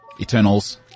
Eternals